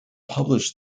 publish